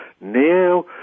now